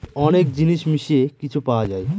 অনেক জিনিস মিশিয়ে কিছু পাওয়া যায়